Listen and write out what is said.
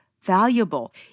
valuable